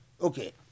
Okay